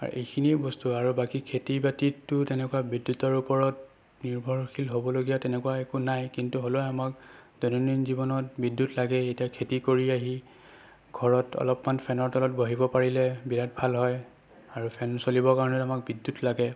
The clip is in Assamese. আৰু এইখিনি বস্তু আৰু বাকী খেতি বাতিততো তেনেকুৱা বিদ্যুতৰ ওপৰত নিৰ্ভৰশীল হ'বলগীয়া তেনেকুৱা একো নাই কিন্তু হ'লেও আমাক দৈনন্দিন জীৱনত বিদ্যুৎ লাগেই এতিয়া খেতি কৰি আহি ঘৰত অলপমান ফেনৰ তলত বহিব পাৰিলে বিৰাট ভাল হয় আৰু ফেন চলিবৰ কাৰণে আমাক বিদ্যুৎ লাগে